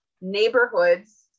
neighborhoods